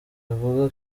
wavuga